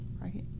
right